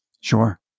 Sure